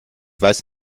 weiß